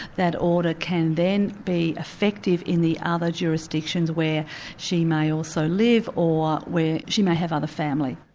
that order can then be effective in the ah other jurisdictions where she may also live, or where she may have other family.